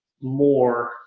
more